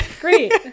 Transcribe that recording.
Great